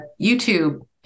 YouTube